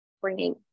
bringing